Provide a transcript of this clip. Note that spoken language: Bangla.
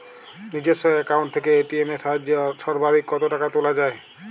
নিজস্ব অ্যাকাউন্ট থেকে এ.টি.এম এর সাহায্যে সর্বাধিক কতো টাকা তোলা যায়?